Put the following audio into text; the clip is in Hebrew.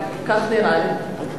כך נראה לי.